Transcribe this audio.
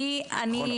נכון,